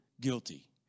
guilty